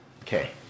Okay